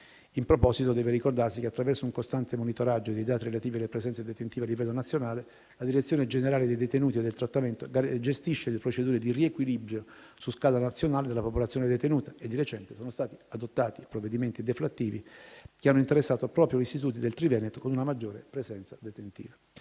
In proposito deve ricordarsi che attraverso un costante monitoraggio dei dati relativi alle presenze detentive a livello nazionale, la Direzione generale dei detenuti e del trattamento gestisce le procedure di riequilibrio, su scala nazionale, della popolazione detenuta: di recente, sono stati adottati provvedimenti deflattivi che hanno interessato proprio gli istituti del Triveneto con una maggiore presenza detentiva.